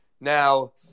Now